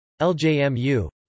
LJMU